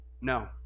no